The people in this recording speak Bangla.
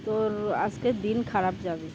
তোর আজকের দিন খারাপ যাবে